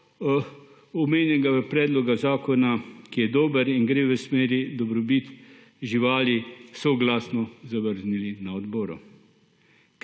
omenjenega predloga zakona, ki je dober in gre v smeri dobrobiti živali, soglasno zavrnili na odboru.